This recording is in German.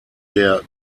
der